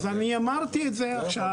אז אני אמרתי את זה עכשיו,